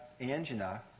angina